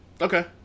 okay